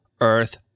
Earth